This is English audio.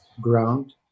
ground